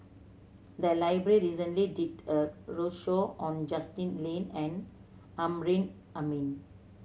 the library recently did a roadshow on Justin Lean and Amrin Amin